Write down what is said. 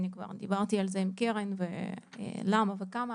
אני כבר דיברתי על זה עם קרן הררי ולמה וכמה,